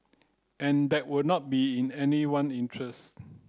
and that would not be in anyone interest